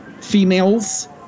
females